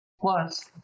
Plus